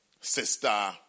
sister